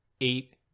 eight